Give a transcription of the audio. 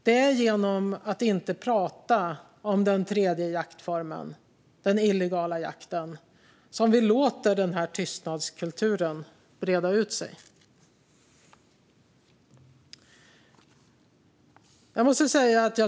Det är genom att inte prata om den tredje jaktformen, den illegala jakten, som vi låter tystnadskulturen breda ut sig.